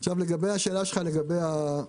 לגבי השאלה שלך על העבר: